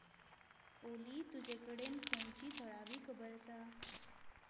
ओली तुजे कडेन खंयची थळावी खबर आसा